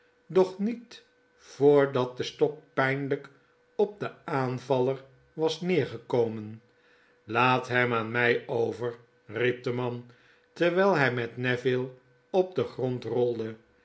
doch niet voordat de stok pijnlyk op den aanvaller was neergekomen laat hem aan my over riep de man terwyl hy met neville op den grond rolde